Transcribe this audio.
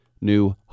New